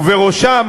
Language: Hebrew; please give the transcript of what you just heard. ובראשם,